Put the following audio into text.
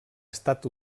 estat